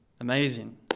Amazing